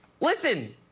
Listen